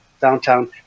downtown